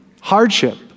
hardship